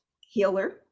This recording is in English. healer